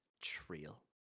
Trail